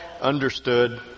understood